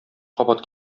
кабат